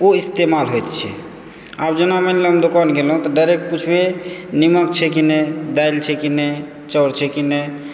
ओ इस्तेमाल होयत छै आब जेना मानि लिअऽ हम दोकान गेलहुँ तऽ डायरेक्ट पुछलियै जे निमक छै कि नहि दालि छै कि नहि चाउर छै कि नहि